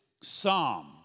psalm